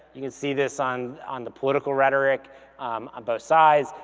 you can see this on on the political rhetoric on both sides,